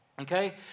Okay